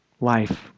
life